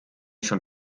schon